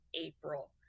April